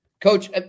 Coach